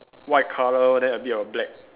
white colour then a bit of black